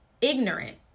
Ignorant